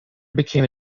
became